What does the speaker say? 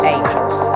Angels